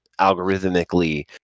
algorithmically